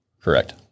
Correct